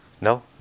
No